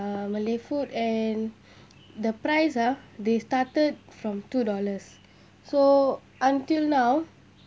uh malay food and the price ah they started from two dollars so until now